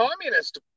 communist